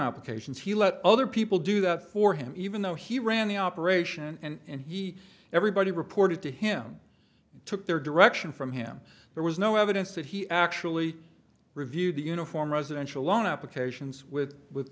applications he let other people do that for him even though he ran the operation and he everybody reported to him took their direction from him there was no evidence that he actually reviewed the uniform residential loan applications with with